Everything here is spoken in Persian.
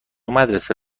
مدرسه